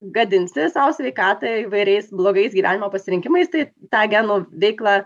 gadinsi sau sveikatą įvairiais blogais gyvenimo pasirinkimais tai tą genų veiklą